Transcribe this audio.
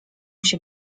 się